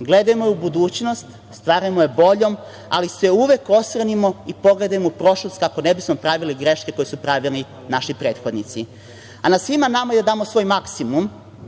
Gledajmo u budućnost, stvarajmo je boljom, ali se uvek osvrnimo i pogledajmo u prošlost, kako ne bismo pravili greške koje su pravili naši prethodnici. Na svima nama je da damo svoj maksimum